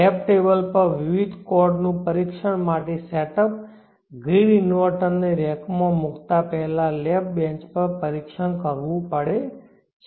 lab table પર વિવિધ cord ના પરીક્ષણ માટે સેટઅપ ગ્રીડ ઇન્વર્ટરને રેકમાં મૂકતા પહેલા લેબ બેંચ પર પરીક્ષણ કરવું પડે છે